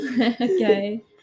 Okay